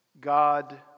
God